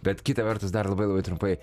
bet kita vertus dar labai labai trumpai